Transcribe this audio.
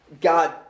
God